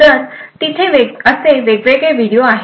तर तिथे असे वेगवेगळे व्हिडिओ आहेत